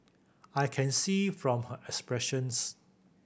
I can see from her expressions